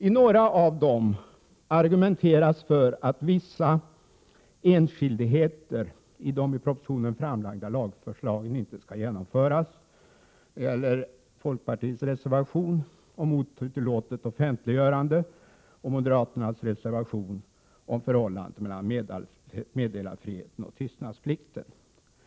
I några reservationer argumenteras för att vissa enskildheter i de i propositionen framlagda lagförslagen inte skall genomföras. Det gäller folkpartiets reservation om otillåtet offentliggörande och moderaternas reservation om förhållandet mellan meddelarfriheten och tystnadsplikter.